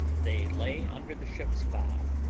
they lay under the ship's bow,